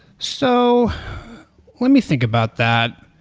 so let me think about that.